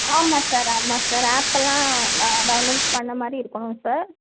ஆமாம் சார் ஆமாம் சார் ஆப்பெல்லாம் நான் டவுன்லோட் பண்ண மாதிரி இருக்கணும் சார்